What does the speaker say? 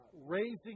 raising